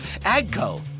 agco